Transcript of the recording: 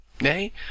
Nay